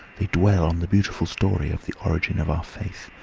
they dwell on the beautiful story of the origin of our faith,